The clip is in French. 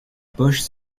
poches